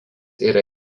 yra